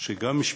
שגם משפחות,